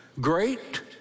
Great